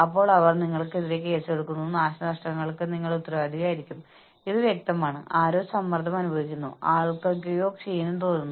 അതിനാൽ നിങ്ങൾ ഓരോ ജോലിയും വിലയിരുത്തുകയും ഓരോ ജോലിയിലെയും മൂല്യനിർണ്ണയത്തിലെ സമാനതയ്ക്ക് ആന്തരിക ഇക്വിറ്റി സൃഷ്ടിക്കുകയും ചെയ്യുന്നു